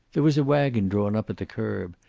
there was a wagon drawn up at the curb,